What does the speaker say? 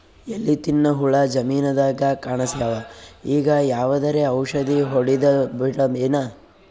ಎಲಿ ತಿನ್ನ ಹುಳ ಜಮೀನದಾಗ ಕಾಣಸ್ಯಾವ, ಈಗ ಯಾವದರೆ ಔಷಧಿ ಹೋಡದಬಿಡಮೇನ?